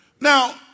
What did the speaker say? Now